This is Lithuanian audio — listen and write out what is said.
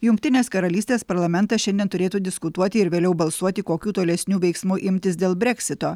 jungtinės karalystės parlamentas šiandien turėtų diskutuoti ir vėliau balsuoti kokių tolesnių veiksmų imtis dėl breksito